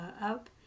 up